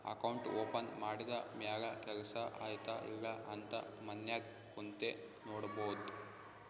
account open ಮಾಡಿದ ಮ್ಯಾಲ ಕೆಲ್ಸಾ ಆಯ್ತ ಇಲ್ಲ ಅಂತ ಮನ್ಯಾಗ್ ಕುಂತೆ ನೋಡ್ಬೋದ್